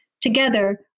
Together